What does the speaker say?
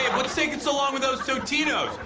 what's taking so long with those totinos?